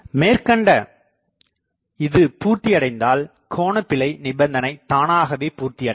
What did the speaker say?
மேற்கண்ட இது பூர்த்தி அடைந்தால் கோணபிழை நிபந்தனை தானாகவே பூர்த்தி அடையும்